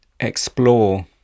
explore